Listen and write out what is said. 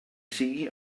sigui